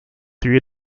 three